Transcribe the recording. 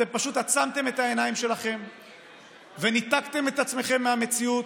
אתם פשוט עצמתם את העיניים שלכם וניתקתם את עצמכם מהמציאות,